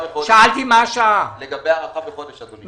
לגבי הארכה בחודש.